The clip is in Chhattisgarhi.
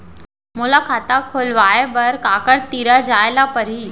मोला खाता खोलवाय बर काखर तिरा जाय ल परही?